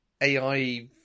AI